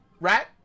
Right